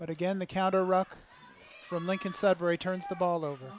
but again the counter rock from lincoln sudbury turns the ball over